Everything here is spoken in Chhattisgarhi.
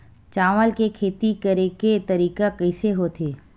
चावल के खेती करेके तरीका कइसे होथे?